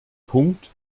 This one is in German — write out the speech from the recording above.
punkt